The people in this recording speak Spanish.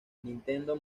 nintendo